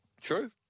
True